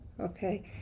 Okay